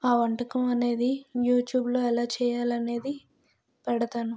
ఆ వంటకం అనేది యూట్యూబ్ లో ఎలా చేయాలి అనేది పెడతాను